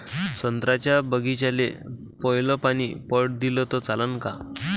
संत्र्याच्या बागीचाले पयलं पानी पट दिलं त चालन का?